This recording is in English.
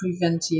preventive